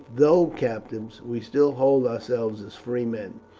though captives, we still hold ourselves as free men,